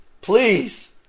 Please